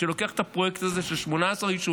שלוקח את הפרויקט הזה של 18 יישובים,